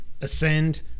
ascend